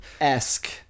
esque